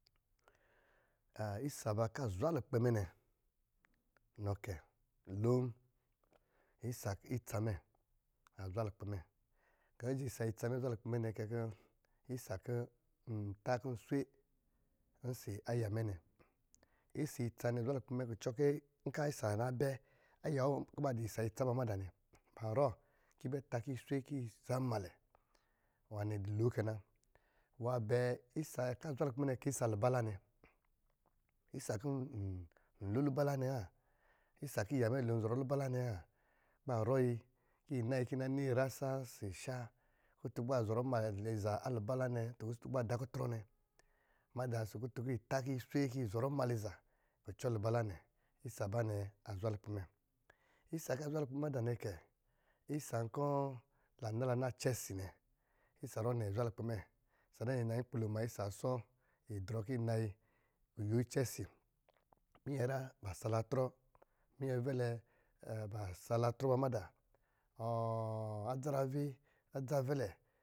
isa aba kɔ̄ azwa lukpɛ mɛ nɛ nɔ kɛ i lom, isa itsa mɛ a zwa lukpɛ mɛ, gá kó a si jɛ isa itsa mɛ zwa lukpɛ mɛ kɛ kɔ̄, ntá kɔ̄ nswe ɔsɔ̄ ayɛmɛ nɛ, isa nɛ a zwa lukpɛ kucɔn kɔ̄ nkɔ̄ isa aa nabɛ ayawɔ kɔ̄ ba dɔ̄ isa itsa ba madá nɛ ban rɔɔ kɔ̄ yi bɛ tá kɔ̄ yi swe kɔ̄ yi zamnmalɛ, nwá nɛ dɔ̄ lo kɛ na, nwáá nɛ dɔ̄ lo kɛ na, nwáábɛɛ, isa kɔ̄ a zwa lukpɛ mɛ kɛ isa a lubala nɛ, isa kɔ̄ n lo lubala nɛ wa, isa kɔ̄ iya mɛ lo an zɔrɔ lubala nɛ wa. Kɔ̄ barɔ yi, kɔ̄ yi nayi kó yi na yi kɔ̄ yi na ni nyrasa ɔsɔ̄ sha, kutun kɔ̄ ba zɔrɔ mnmalɛ iza a lubala nɛ ɔsɔ̄ kutun ká ba da kutrɔ nɛ, madá ɔsɔ̄ kutun kɔ̄ yi tá kó yi swe kɔ̄ yi zɔrɔ mnmalɛ iza kucɔ lubala nɛ isa aba nɛ azwa lukpɛ mɛ, isa kó a zwa lukpɛ mɛ madá nɛ kɛ, isa kɔ̄, lan nala na cɛ si nɛ, isa ruwɔ nɛ zwa lukpɛ mɛ, ia ruwɔ̄ ne yi nayi nkpi lo muna, isa asɔ yindrɔ kɔ yi kuyo icɛ si minyinyrá ba sala dir minyɛ vɛlɛ ba salaatrɔ ba madá adzarave, adza avɛlɛ